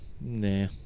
Nah